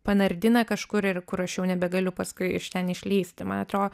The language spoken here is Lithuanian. panardina kažkur ir kur aš jau nebegaliu paskui iš ten išlįsti man atrodo